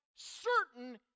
certain